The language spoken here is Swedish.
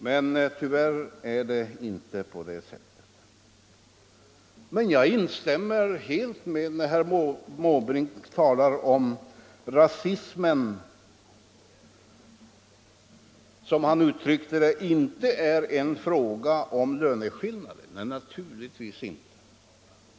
Men tyvärr är det inte på det sättet. Jag instämmer emellertid helt när herr Måbrink säger att rasismen inte är en fråga om löneskillnader. Nej, naturligtvis inte.